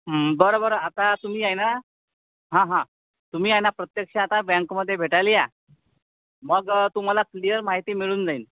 बरं बरं आता तुम्ही आहे ना हां हां तुम्ही आहे ना प्रत्यक्ष आता बँकमध्ये भेटायला या मग तुम्हाला क्लिअर माहिती मिळून जाईल